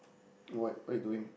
what what you doing